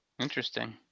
Interesting